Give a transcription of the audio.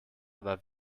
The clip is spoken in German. aber